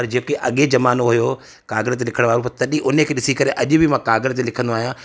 पर जेके अॻे जमानो हुयो काॻर ते लिखण वारो तॾहिं उनखे ॾिसी करे अॼु बि मां काॻर ते लिखंदो आहियां